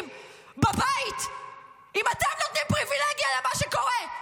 בבית אם אתם נותנים פריבילגיה למה שקורה,